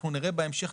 אנחנו נראה בהמשך,